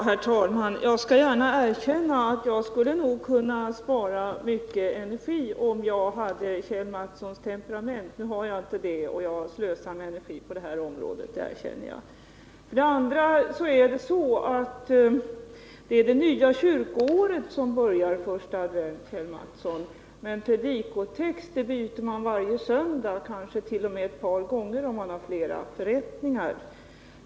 Herr talman! Jag skall gärna erkänna att jag nog skulle kunna spara mycket energi om jag hade Kjell Mattssons temperament. Nu har jag inte det utan slösar med energi på det här området — det erkänner jag. Det är det nya kyrkoåret som börjar första advent, Kjell Mattsson. Predikotext byter man varje söndag, kanske t.o.m. ett par gånger om man har flera förrättningar.